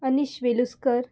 Anish Veluskar